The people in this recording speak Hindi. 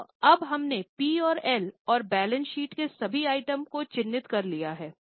तो अब हमने P और L और बैलेंस शीट के सभी आइटम को चिन्हित कर लिया है